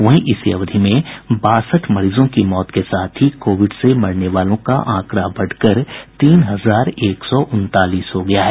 वहीं इसी अवधि में बासठ मरीजों की मौत के साथ ही कोविड से मरने वालों का आंकड़ा बढ़कर तीन हजार एक सौ उनतालीस हो गया है